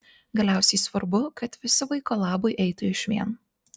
galiausiai svarbu kad visi vaiko labui eitų išvien